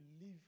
live